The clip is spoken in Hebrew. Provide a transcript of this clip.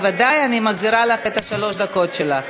בוודאי אני מחזירה לך את שלוש הדקות שלך.